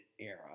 era